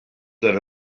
that